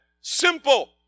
simple